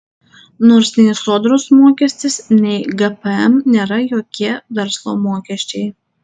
nors nei sodros mokestis nei gpm nėra jokie verslo mokesčiai